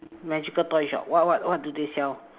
magical toy shop what what what do they sell